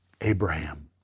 Abraham